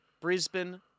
Brisbane